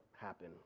happen